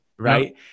right